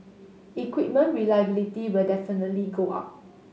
equipment reliability will definitely go up